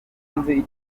inyuma